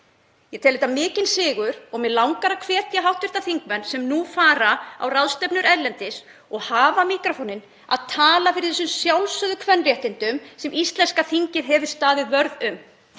Ég tel þetta mikinn sigur og mig langar að hvetja hv. þingmenn sem nú fara á ráðstefnur erlendis og hafa míkrófóninn að tala fyrir þessum sjálfsögðu kvenréttindum sem íslenska þingið hefur staðið vörð um.